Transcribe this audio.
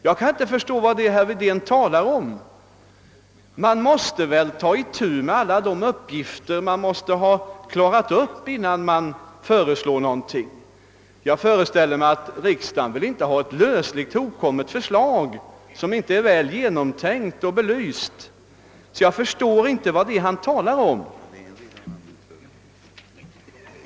Man måste först klara upp alla de nödvändiga delfrågorna innan man föreslår något. Jag föreställer mig att riksdagen inte vill ha ett lösligt hopkommet förslag, som inte är väl genomtänkt och belyst, och jag förstår därför inte vad herr Wedén talar om.